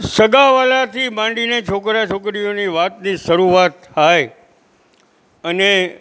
સગાવહાલાથી માંડીને છોકરા છોકરીઓની વાતની શરૂઆત થાય અને